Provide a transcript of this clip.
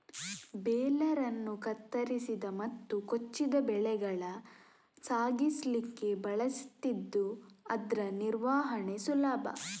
baler ಅನ್ನು ಕತ್ತರಿಸಿದ ಮತ್ತು ಕೊಚ್ಚಿದ ಬೆಳೆಗಳ ಸಾಗಿಸ್ಲಿಕ್ಕೆ ಬಳಸ್ತಿದ್ದು ಇದ್ರ ನಿರ್ವಹಣೆ ಸುಲಭ